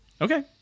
okay